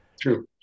True